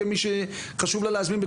כמי שחשוב לה להזמין.